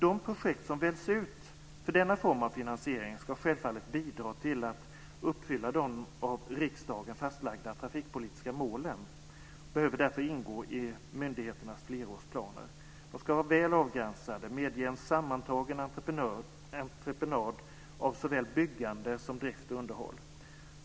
De projekt som väljs ut för denna form av finansiering ska självfallet bidra till att uppfylla de av riksdagen fastlagda trafikpolitiska målen och behöver därför ingå i myndigheternas flerårsplaner. De ska vara väl avgränsade och medge en sammantagen entreprenad av såväl byggande som drift och underhåll.